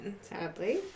Sadly